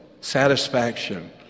satisfaction